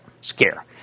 scare